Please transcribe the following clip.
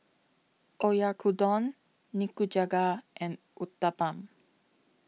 Oyakodon Nikujaga and Uthapam